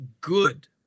good